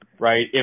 Right